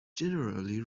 generally